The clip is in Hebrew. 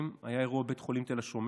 4. האם היורה הושעה?